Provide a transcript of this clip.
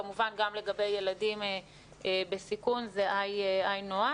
כמובן גם לגבי ילדים בסיכון זה היינו הך.